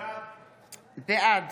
בעד